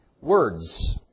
Words